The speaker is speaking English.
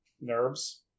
Nerves